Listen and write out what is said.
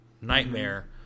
nightmare